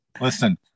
Listen